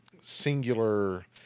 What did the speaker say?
singular